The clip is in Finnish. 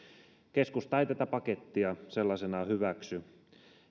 keskusta ei tätä pakettia sellaisenaan hyväksy